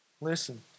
Listen